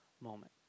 moment